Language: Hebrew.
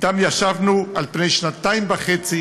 שאתם ישבנו במשך שנתיים וחצי